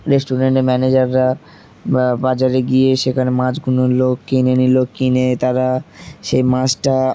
রেস্টুরেন্টের ম্যানেজাররা বা বাজারে গিয়ে সেখানে মাছ গুলো কিনে নিল কিনে তারা সেই মাছটা